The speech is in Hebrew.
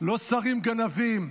לא שרים גנבים,